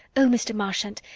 oh, mr. marchant,